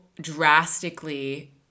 drastically